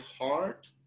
heart